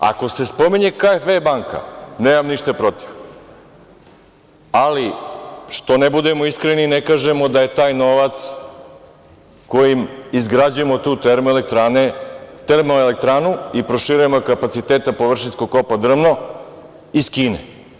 E, sad, ako se spominje KFW banka, nemam ništa protiv, ali što ne budemo iskreni i ne kažemo da je taj novac kojim izgrađujemo tu termoelektranu i proširujemo kapacitete Površinskog kopa „Drmno“ iz Kine.